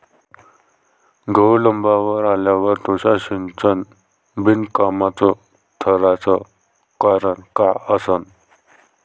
गहू लोम्बावर आल्यावर तुषार सिंचन बिनकामाचं ठराचं कारन का असन?